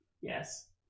Yes